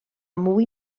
mwy